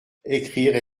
ecrire